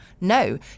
No